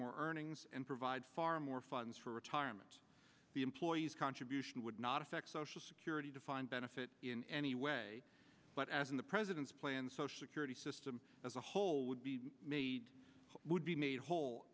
more earnings and provide far more funds for retirement the employees contribution would not affect social security defined benefit in any way but as in the president's plan the social security system as a whole would be made would be made whole